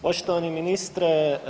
Poštovani ministre.